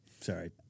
Sorry